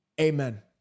Amen